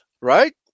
right